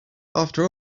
after